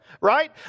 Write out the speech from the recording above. right